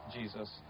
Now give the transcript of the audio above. Jesus